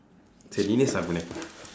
சரி நீயே சாப்பிடு அண்ணே:sari niiyee saappidu annee